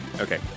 Okay